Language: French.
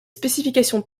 spécifications